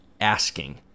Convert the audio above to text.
asking